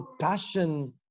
passion